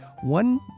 one